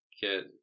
get